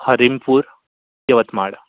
Hadimpur Yavatmal